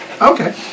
Okay